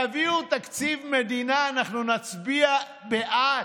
תביאו תקציב מדינה, אנחנו נצביע בעד.